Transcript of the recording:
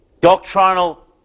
doctrinal